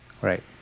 Right